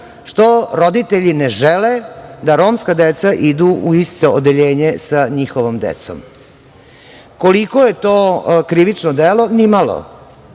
što roditelji ne žele da romska deca idu u isto odeljenje sa njihovom decom. Koliko je to krivično delo? Ni malo.